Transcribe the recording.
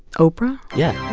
oprah? yeah